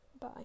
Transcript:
bye